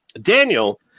Daniel